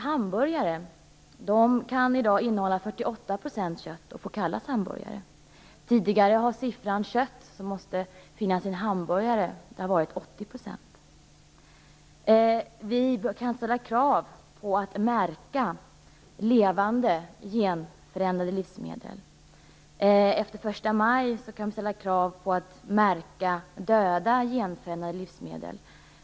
Hamburgare kan i dag innehålla 48 % kött och kallas hamburgare. Tidigare har andelen kött som måste finnas i en hamburgare varit 80 %. Vi kan ställa krav på att märka levande genförändrade livsmedel. Efter den 1 maj kan vi ställa krav på att märka döda genförändrade livsmedel.